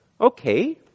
okay